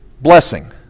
blessing